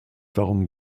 darum